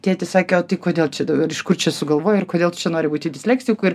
tėtis sakė o tai kodėl čia ir iš kur čia sugalvojai ir kodėl tu čia nori būti disleksiku ir